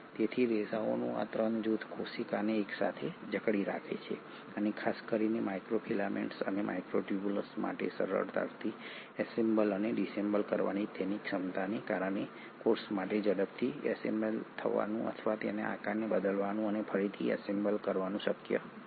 તેથી રેસાઓનું આ 3 જૂથ કોશિકાને એક સાથે જકડી રાખે છે અને ખાસ કરીને માઇક્રોફિલામેન્ટ્સ અને માઇક્રોટ્યૂબ્યુલ્સ માટે સરળતાથી એસેમ્બલ અને ડિસેમ્બલ કરવાની તેમની ક્ષમતાને કારણે કોષ માટે ઝડપથી એસેમ્બલ થવાનું અથવા તેના આકારને બદલવાનું અને ફરીથી એસેમ્બલ કરવાનું શક્ય છે